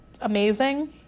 amazing